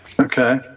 Okay